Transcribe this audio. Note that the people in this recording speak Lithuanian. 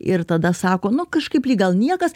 ir tada sako nu kažkaip lyg gal niekas